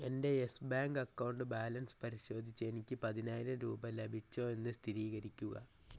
എൻ്റെ yes bank account balance പരിശോധിച്ച് എനിക്ക് പതിനായിരം രൂപ ലഭിച്ചോ എന്ന് സ്ഥിരീകരിക്കുക